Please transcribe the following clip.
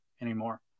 anymore